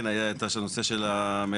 כן, היה את הנושא של המכס.